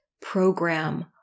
program